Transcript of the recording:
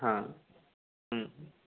हां